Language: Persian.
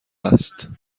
است